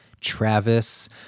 Travis